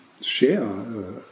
share